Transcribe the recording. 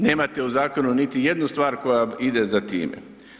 Nemate u zakonu niti jednu stvar koja ide za time.